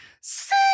see